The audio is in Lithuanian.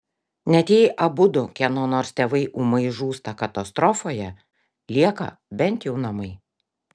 net jei abudu kieno nors tėvai ūmai žūsta katastrofoje lieka bent jau namai